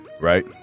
right